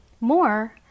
More